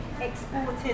exported